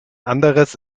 anderes